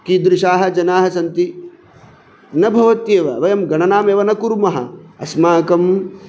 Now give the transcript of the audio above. कीदृशाः जनाः सन्ति न भवत्येव वयं गणनामेव न कुर्मः अस्माकं